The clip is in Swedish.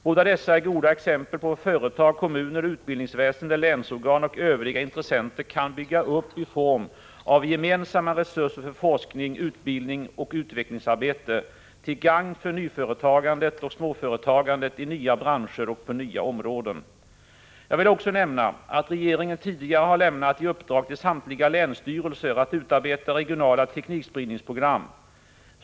Båda dessa är goda exempel på vad företag, kommuner, utbildningsväsende, länsorgan och övriga intressenter kan bygga upp i form av gemensamma resurser för forskning, utbildning och utvecklingsarbete till gagn för nyföretagande och småföretagande i nya branscher och på nya områden. Jag vill också nämna att regeringen tidigare har lämnat i uppdrag till samtliga länsstyrelser att utarbeta regionala teknikspridningsprogram.